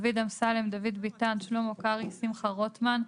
דוד אמסלם, דוד ביטן, שלמה קרעי, שמחה רוטמן,